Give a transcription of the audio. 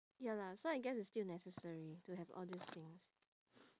ya lah so I guess it's still necessary to have all these things